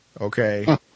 okay